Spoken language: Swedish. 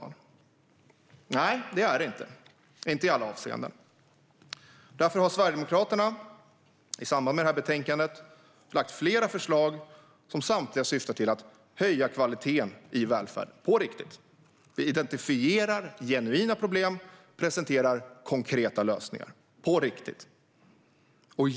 Nej, det är det inte - inte i alla avseenden. Därför har Sverigedemokraterna i samband med detta betänkande lagt fram flera förslag, som samtliga syftar till att höja kvaliteten i välfärden - på riktigt. Vi identifierar genuina problem och presenterar konkreta lösningar - på riktigt.